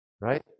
right